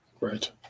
Right